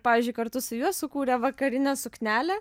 pavyzdžiui kartu su juo sukūrė vakarinę suknelę